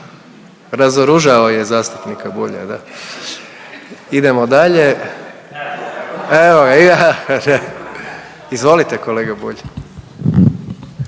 razoružao je zastupnika Bulja da. Idemo dalje, evo ga, izvolite kolega Bulj.